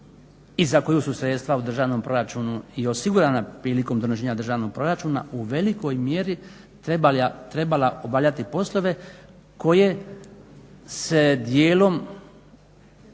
i za koju su sredstva u državnom proračunu i osigurana prilikom donošenja državnog proračuna u velikoj mjeri trebala obavljati poslove koje se dijelom